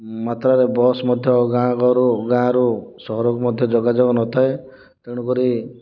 ମାତ୍ରା ବସ ମଧ୍ୟ ଗାଁ ଗହଳି ଗାଁରୁ ସହରକୁ ମଧ୍ୟ ଯୋଗାଯୋଗ ନଥାଏ ତେଣୁକରି